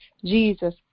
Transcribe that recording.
Jesus